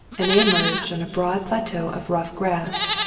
and they emerged on a broad plateau of rough grass,